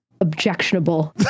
Objectionable